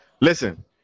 Listen